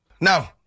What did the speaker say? No